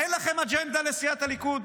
מה, אין לכם אג'נדה, לסיעת הליכוד?